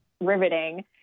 riveting